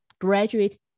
graduate